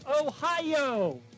Ohio